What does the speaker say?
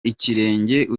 ikirenge